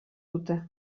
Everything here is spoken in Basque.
dute